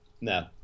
No